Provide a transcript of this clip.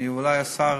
אולי השר